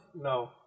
No